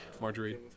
Marjorie